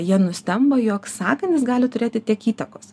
jie nustemba jog sakandis gali turėti tiek įtakos